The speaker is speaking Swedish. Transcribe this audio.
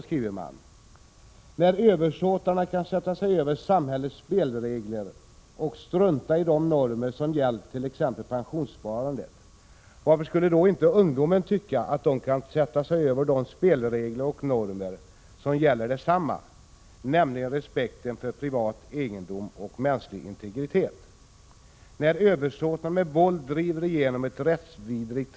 skriver man: ”När översåtarna kan sätta sig över samhällets spelregler och strunta i de normer som gällt t ex pensionssparandet, varför skulle då inte ungdomen tycka att de kan sätta sig över de spelregler och normer som gäller detsamma, nämligen respekten för privat egendom och mänsklig integritet? När översåtarna med våld driver igenom ett rättsvidrigt